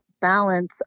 balance